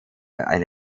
eine